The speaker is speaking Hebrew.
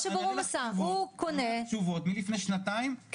--- תשובות מלפני שנתיים,